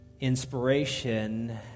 inspiration